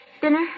Dinner